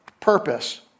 purpose